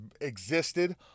existed